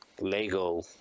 lego